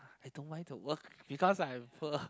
I don't mind to work because I am poor